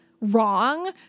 wrong